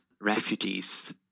refugees